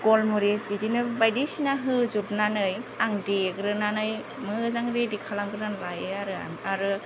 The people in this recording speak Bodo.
गलमरिस बिदिनो बायदिसिनो होजोबनानै आं देग्रोनानै मोजां रेडि खालामग्रोना लायो आरो आं आरो